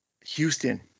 Houston